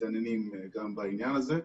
מתעניינים גם בעניין הזה.